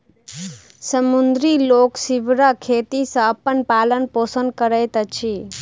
समुद्री लोक सीवरक खेती सॅ अपन पालन पोषण करैत अछि